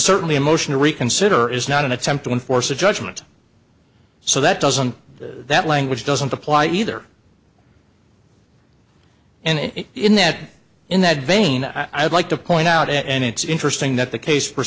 certainly a motion to reconsider is not an attempt to enforce a judgment so that doesn't that language doesn't apply either and in that in that vein i'd like to point out and it's interesting that the